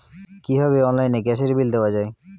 কিভাবে অনলাইনে গ্যাসের বিল দেওয়া যায়?